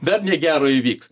dar negero įvyks